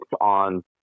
on